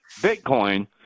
Bitcoin